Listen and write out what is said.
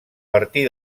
partir